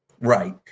Right